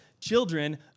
children